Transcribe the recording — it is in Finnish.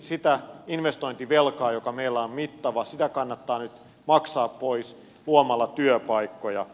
sitä investointivelkaa joka meillä on mittava nyt maksaa pois luomalla työpaikkoja